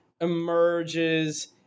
emerges